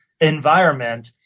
environment